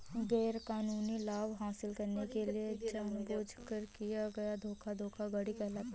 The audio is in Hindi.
गैरकानूनी लाभ हासिल करने के लिए जानबूझकर किया गया धोखा धोखाधड़ी कहलाता है